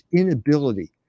inability